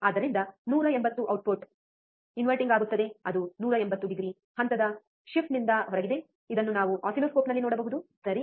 ಆದ್ದರಿಂದ 180 output inverting ಆಗುತ್ತಿದೆ ಅದು 180 ಡಿಗ್ರಿ ಹಂತದ ಶಿಫ್ಟ್ನಿಂದ ಹೊರಗಿದೆ ಇದನ್ನು ನಾವು ಆಸಿಲ್ಲೋಸ್ಕೋಪ್ನಲ್ಲಿ ನೋಡಬಹುದು ಸರಿ